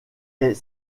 est